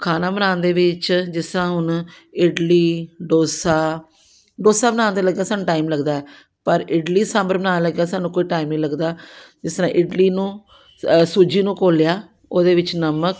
ਖਾਣਾ ਬਣਾਉਣ ਦੇ ਵਿੱਚ ਜਿਸ ਤਰ੍ਹਾਂ ਹੁਣ ਇਡਲੀ ਡੋਸਾ ਡੋਸਾ ਬਣਾਉਣ ਦੇ ਲੱਗਿਆ ਸਾਨੂੰ ਟਾਈਮ ਲੱਗਦਾ ਪਰ ਇਡਲੀ ਸਾਂਬਰ ਬਣਾਉਣ ਲੱਗਿਆ ਸਾਨੂੰ ਕੋਈ ਟਾਈਮ ਨਹੀਂ ਲੱਗਦਾ ਜਿਸ ਤਰ੍ਹਾਂ ਇਡਲੀ ਨੂੰ ਸੂਜੀ ਨੂੰ ਘੋਲ ਲਿਆ ਉਹਦੇ ਵਿੱਚ ਨਮਕ